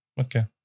Okay